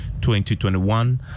2021